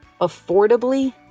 affordably